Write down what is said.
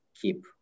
keep